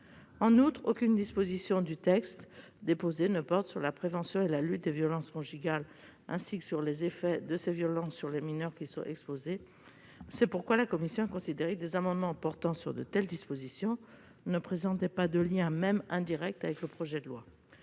condition. Aucune disposition du texte déposé ne porte par ailleurs sur la prévention et la lutte contre les violences conjugales, ni sur les effets de ces violences sur les mineurs qui y sont exposés. C'est pourquoi la commission a considéré que des amendements portant sur de telles dispositions ne présentaient pas de lien, même indirect, avec le projet de loi.